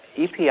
EPI